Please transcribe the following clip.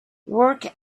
work